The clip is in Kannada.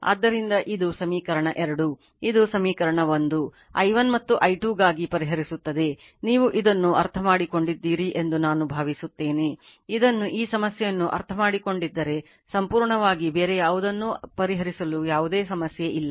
ಆದ್ದರಿಂದ ಇದು ಸಮೀಕರಣ 2 ಇದು ಸಮೀಕರಣ 1 i1 ಮತ್ತು i2 ಗಾಗಿ ಪರಿಹರಿಸುತ್ತದೆ ನೀವು ಇದನ್ನು ಅರ್ಥಮಾಡಿಮಾಡಿದ್ದೀರಿ ಎಂದು ನಾನು ಭಾವಿಸುತ್ತೇನೆ ಇದನ್ನು ಈ ಸಮಸ್ಯೆಯನ್ನು ಅರ್ಥಮಾಡಿಕೊಂಡಿದ್ದರೆ ಸಂಪೂರ್ಣವಾಗಿ ಬೇರೆ ಯಾವುದನ್ನೂ ಪರಿಹರಿಸಲು ಯಾವುದೇ ಸಮಸ್ಯೆ ಇಲ್ಲ